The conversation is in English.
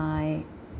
my